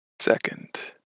second